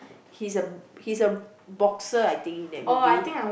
he's a he's a boxer I think in that movie